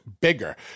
bigger